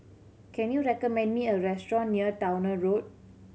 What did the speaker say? can you recommend me a restaurant near Towner Road